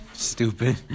Stupid